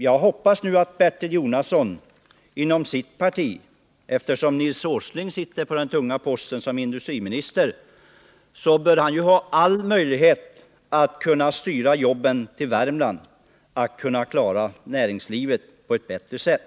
Nu hoppas jag att Bertil Jonassons parti — eftersom Nils Åsling sitter på den tunga posten som industriminister — har möjlighet att styra jobben till Värmland och att klara näringslivet på ett bättre sätt.